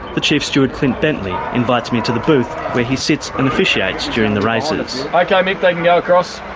the chief steward, clint bentley, invites me to the booth where he sits and officiates during the races. ok, like mick, they can go across.